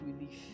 relief